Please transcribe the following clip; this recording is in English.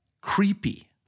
creepy